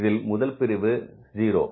இதில் முதல் பிரிவு 0